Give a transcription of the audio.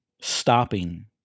stopping